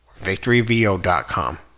VictoryVO.com